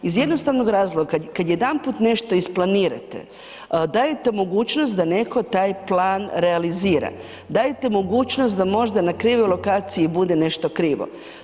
Iz jednostavnog razloga kad jedanput nešto isplanirate dajete mogućnost da netko taj plan realizira, dajete mogućnost da možda na krivoj lokaciji bude nešto krivo.